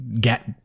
get